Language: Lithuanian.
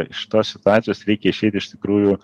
iš tos situacijos reikia išeiti iš tikrųjų